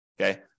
Okay